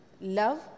love